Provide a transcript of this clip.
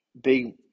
big